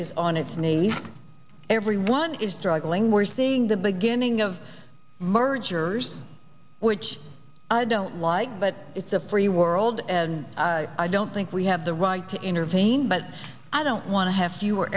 is on its knees everyone is drug dealing we're seeing the beginning of mergers which i don't like but it's a free world and i don't think we have the right to intervene but i don't want to have fewer